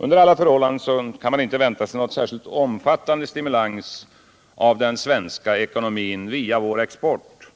Under alla förhållanden kan man inte vänta sig någon särskilt omfattande stimulans av den svenska ekonomin via vår export